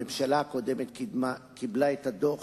הממשלה הקודמת קיבלה את הדוח.